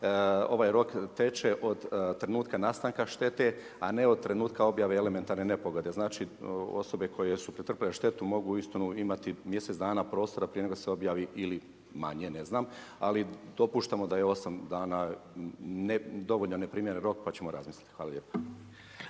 ovaj rok teče od trenutka nastanka šteta a ne od trenutka objave elementarne nepogode. Znači osobe koje su pretrpjele štetu mogu uistinu imati mjesec dana prostora prije nego li se objavi ili manje, ne znam. Ali dopuštamo da je 8 dana dovoljno neprimjeren rok pa ćemo razmisliti. Hvala lijepa.